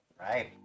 right